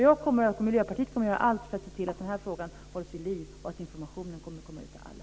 Jag och Miljöpartiet kommer att göra allt för att se till att den här frågan hålls vid liv och att informationen kommer ut till alla.